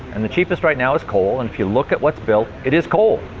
and the cheapest right now is coal, and if you look at what's built, it is coal.